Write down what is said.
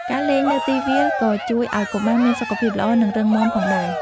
ការលេងនៅទីវាលក៏ជួយឲ្យកុមារមានសុខភាពល្អ និងរឹងមាំផងដែរ។